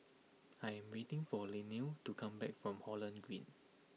I am waiting for Linnea to come back from Holland Green